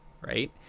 right